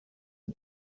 die